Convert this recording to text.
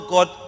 God